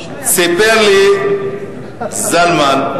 סיפר לי זלמן,